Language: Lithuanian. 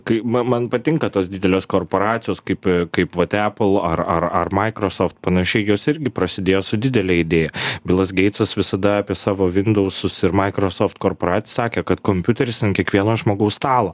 kai va man patinka tos didelės korporacijos kaip kaip vat apple ar ar ar microsoft panašiai jos irgi prasidėjo su didele idėja bilas geitsas visada apie savo vindausus ir microsoft korporaciją sakė kad kompiuteris ant kiekvieno žmogaus stalo